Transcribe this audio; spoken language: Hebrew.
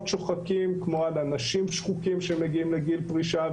שוחקים כמו על אנשים שחוקים שמגיעים לגיל פרישה.